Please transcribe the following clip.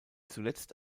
zuletzt